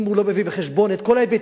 אם הוא לא מביא בחשבון את כל ההיבטים